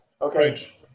Okay